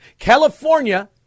California